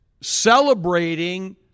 celebrating